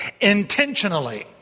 intentionally